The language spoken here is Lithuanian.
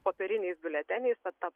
popieriniais biuleteniais tad ta